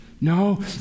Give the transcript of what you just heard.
No